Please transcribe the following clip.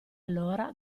allora